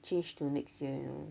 change to next year you know